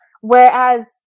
Whereas